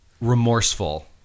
remorseful